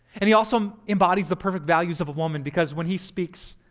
and he also um embodies the perfect values of a woman because when he speaks,